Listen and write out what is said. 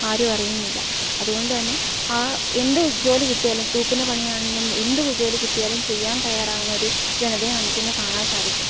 ആരും അറിയുന്നില്ല അതുകൊണ്ടുതന്നെ ആ എന്തു ജോലി കിട്ടിയാലും തൂക്കുന്ന പണിയാണേലും എന്തു ജോലി കിട്ടിയാലും ചെയ്യാൻ തയ്യാറാവുന്നൊരു ജനതയെ നമുക്കിന്നു കാണാൻ സാധിക്കും